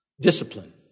discipline